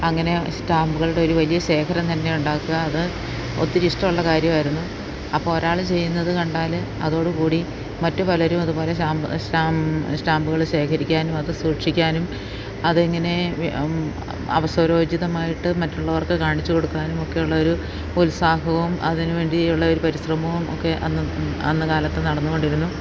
അങ്ങനെ സ്റ്റാമ്പുകളുടെ ഒരു വലിയ ശേഖരം തന്നെ ഉണ്ടാക്കുക അത് ഒത്തിരി ഇഷ്ടമള്ള കാര്യമായിരുന്നു അപ്പോള് ഒരാള് ചെയ്യുന്നതുകണ്ടാല് അതോടുകൂടി മറ്റു പലരും അതുപോലെ സ്റ്റാമ്പുകള് ശേഖരിക്കാനും അതു സൂക്ഷിക്കാനും അതെങ്ങനെ അവസരോചിതമായിട്ട് മറ്റുള്ളവർക്കു കാണിച്ചുകൊടുക്കാനും ഒക്കെയുള്ളൊരു ഉത്സാഹവും അതിനു വേണ്ടിയുള്ള ഒരു പരിശ്രമവും ഒക്കെ അന്നുകാലത്തു നടന്നുകൊണ്ടിരുന്നു